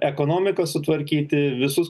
ekonomiką sutvarkytivisus